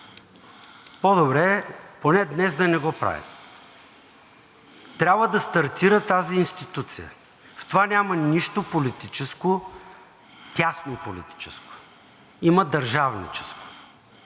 по-добре поне днес да не го правим. Трябва да стартира тази институция. В това няма нищо политическо – тяснополитическо, има държавническо.